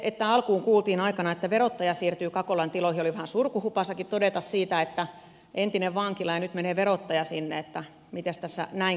alkuun kuultiin aikanaan että verottaja siirtyy kakolan tiloihin ja oli vähän surkuhupaisaakin todeta siitä että entinen vankila ja nyt menee verottaja sinne että miten tässä näin kävikään